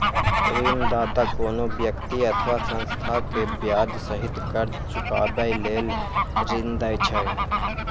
ऋणदाता कोनो व्यक्ति अथवा संस्था कें ब्याज सहित कर्ज चुकाबै लेल ऋण दै छै